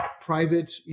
private